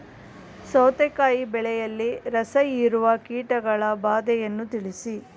ಸೌತೆಕಾಯಿ ಬೆಳೆಯಲ್ಲಿ ರಸಹೀರುವ ಕೀಟಗಳ ಬಾಧೆಯನ್ನು ತಿಳಿಸಿ?